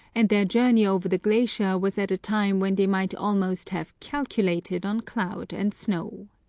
and their journey over the glacier was at a time when they might almost have calculated on cloud and snow.